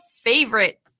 favorite